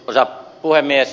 arvoisa puhemies